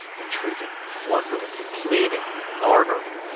entreating, wondering, pleading, ordering,